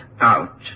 out